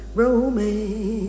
romance